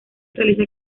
realiza